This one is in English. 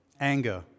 anger